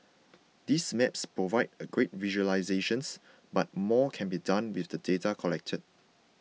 these maps provide a great visualisations but more can be done with the data collected